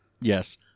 Yes